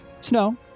Snow